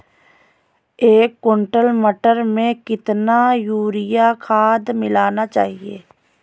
एक कुंटल मटर में कितना यूरिया खाद मिलाना चाहिए?